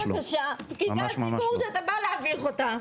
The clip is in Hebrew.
בבקשה, פקידת ציבור שאתה בא להביך אותה.